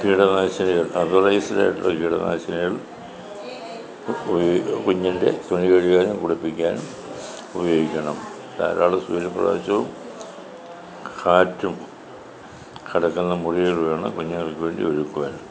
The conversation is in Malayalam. കീടനാശിനികൾ ആയിട്ടുള്ള കീടനാശിനികൾ കുഞ്ഞിൻ്റെ തുണി കഴുകാനും കുളിപ്പിക്കാനും ഉപയോഗിക്കണം ധാരാളം സൂര്യപ്രകാശവും കാറ്റും കടക്കുന്ന മുറികൾ വേണം കുഞ്ഞുങ്ങൾക്ക് വേണ്ടി ഒരുക്കുവാൻ